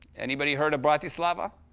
anybody heard of bratislava?